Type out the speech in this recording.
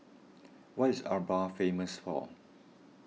what is Aruba famous for